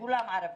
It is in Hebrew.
וכולם ערבים.